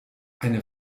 eine